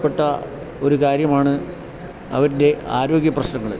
പ്പെട്ട ഒരു കാര്യമാണ് അവരുടെ ആരോഗ്യ പ്രശ്നങ്ങൾ